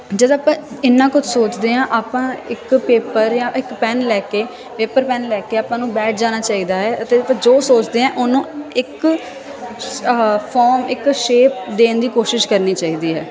ਜਦ ਆਪਾਂ ਇੰਨਾ ਕੁਛ ਸੋਚਦੇ ਹਾਂ ਆਪਾਂ ਇੱਕ ਪੇਪਰ ਜਾਂ ਇੱਕ ਪੈਨ ਲੈ ਕੇ ਪੇਪਰ ਪੈਨ ਲੈ ਕੇ ਆਪਾਂ ਨੂੰ ਬੈਠ ਜਾਣਾ ਚਾਹੀਦਾ ਹੈ ਅਤੇ ਜੋ ਸੋਚਦੇ ਹਾਂ ਉਹਨੂੰ ਇੱਕ ਆਹਾ ਫੋਰਮ ਇੱਕ ਸ਼ੇਪ ਦੇਣ ਦੀ ਕੋਸ਼ਿਸ਼ ਕਰਨੀ ਚਾਹੀਦੀ ਹੈ